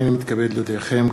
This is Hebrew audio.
הנני מתכבד להודיעכם,